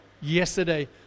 Yesterday